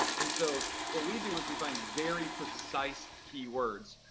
and so what we do is we find very precise keywords,